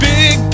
Big